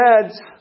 heads